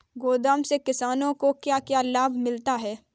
गोदाम से किसानों को क्या क्या लाभ मिलता है?